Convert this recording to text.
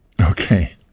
Okay